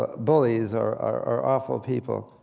ah bullies or awful people.